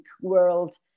world